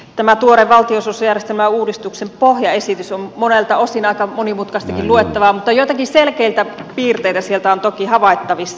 tämä tuore valtionosuusjärjestelmäuudistuksen pohjaesitys on monelta osin aika monimutkaistakin luettavaa mutta joitakin selkeitä piirteitä sieltä on toki havaittavissa